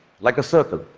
like a circle.